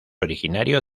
originario